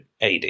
AD